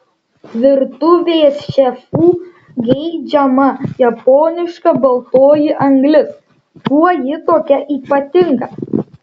virtuvės šefų geidžiama japoniška baltoji anglis kuo ji tokia ypatinga